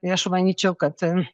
tai aš manyčiau kad